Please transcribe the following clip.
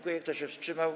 Kto się wstrzymał?